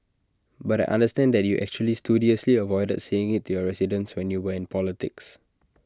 but I understand that you actually studiously avoided saying IT to your residents when you when politics